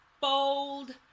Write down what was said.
Bold